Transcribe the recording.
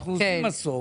אנחנו עושים מסוף